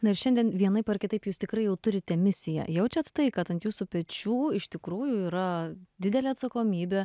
na ir šiandien vienaip ar kitaip jūs tikrai jau turite misiją jaučiat tai kad ant jūsų pečių iš tikrųjų yra didelė atsakomybė